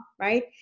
right